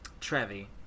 Trevi